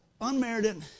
unmerited